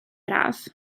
braf